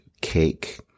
cake